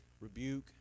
rebuke